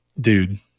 dude